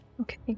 okay